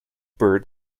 bird